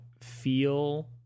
feel